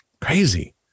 crazy